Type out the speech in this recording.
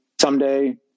someday